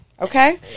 okay